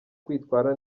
kwitwara